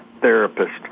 therapist